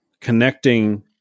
connecting